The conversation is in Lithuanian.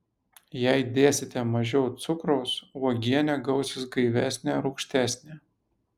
jei dėsite mažiau cukraus uogienė gausis gaivesnė rūgštesnė